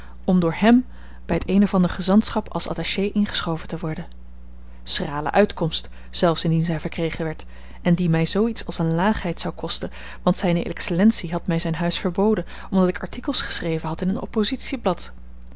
om door hem bij t een of ander gezantschap als attaché ingeschoven te worden schrale uitkomst zelfs indien zij verkregen werd en die mij zoo iets als een laagheid zou kosten want zijne excellentie had mij zijn huis verboden omdat ik artikels geschreven had in een